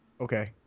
Okay